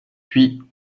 puis